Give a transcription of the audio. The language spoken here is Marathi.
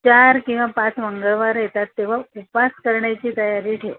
चार किंवा पाच मंगळवार येतात तेव्हा उपास करण्याची तयारी ठेव